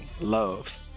love